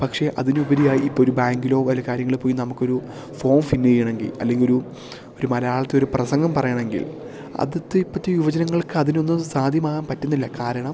പക്ഷേ അതിനുപരിയായി ഇപ്പം ഒരു ബാങ്കിലോ വല്ല കാര്യങ്ങള് പോയി നമുക്കൊരു ഫോം ഫിൽ ചെയ്യണമെങ്കിൽ അല്ലെങ്കിൽ ഒരു ഒരു മലയാളത്തിൽ ഒരു പ്രസംഗം പറയണമെങ്കിൽ അതിനെ പറ്റി യുവജനങ്ങൾക്കതിനൊന്നും സാധ്യമാകാൻ പറ്റുന്നില്ല കാരണം